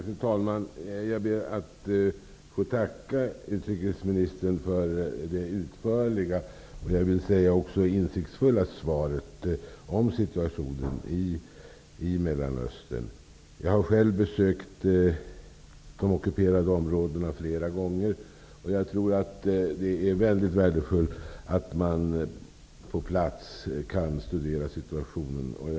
Fru talman! Jag ber att få tacka utrikesministern för det utförliga och även -- det vill jag gärna säga -- insiktsfulla svaret om situationen i Mellanöstern. Jag har själv flera gånger besökt de ockuperade områdena, och jag tror att det är värdefullt att man kan studera situationen på plats.